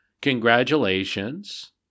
congratulations